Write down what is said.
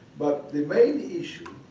but the main issue,